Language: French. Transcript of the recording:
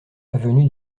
avenue